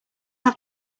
have